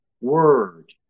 word